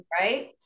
right